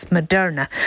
Moderna